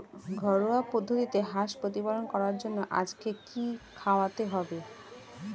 ঘরোয়া পদ্ধতিতে হাঁস প্রতিপালন করার জন্য আজকে কি খাওয়াতে হবে?